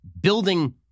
building